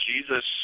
Jesus